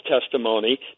testimony